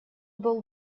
был